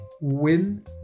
win